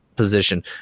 position